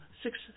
six